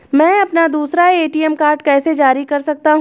मैं अपना दूसरा ए.टी.एम कार्ड कैसे जारी कर सकता हूँ?